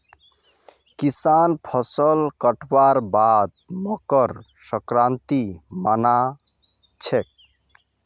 किसान फसल कटवार बाद मकर संक्रांति मना छेक